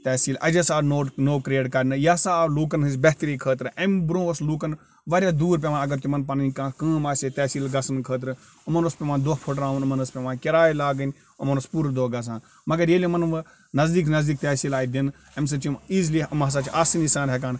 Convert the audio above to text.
تَحصیٖل اَجَس آو نوٚو کرٛیٹ کرنہٕ یہِ ہسا آو لوٗکَن ہنٛزۍ بَہتری خٲطرٕ اَمہِ برٛونٛہہ اوس لوٗکَن واریاہ دوٗر پیٚوان اَگر تِمَن پَنٕنۍ کانٛہہ کام آسہِ ہا تَحصیٖل گژھنہٕ خٲطرٕ یِمَن اوس پیٚوان دۄہ پھٕٹراوُن یِمَن ٲس پیٚوان کِرایہِ لاگٔنۍ یِمَن اوس پوٗرٕ دۄہ گژھان مَگر ییٚلہِ یِمَن وۄنۍ نَزدیٖک نَزدیٖک تٔحصیٖل آیہِ دِنہٕ اَمہِ سۭتۍ چھِ یِم ایٖزِلی یِم ہسا چھِ آسٲنۍ سان ہیٚکان